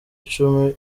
icumi